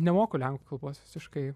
nemoku lenkų kalbos visiškai